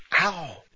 ow